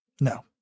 no